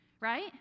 right